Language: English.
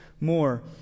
more